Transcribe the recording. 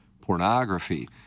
pornography